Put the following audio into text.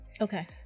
Okay